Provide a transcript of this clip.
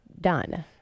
done